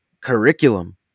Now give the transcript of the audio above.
curriculum